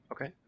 okay